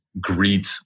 greet